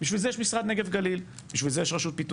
בשביל זה יש את משרד הנגב והגליל.